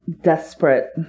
desperate